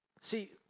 See